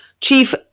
chief